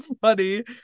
funny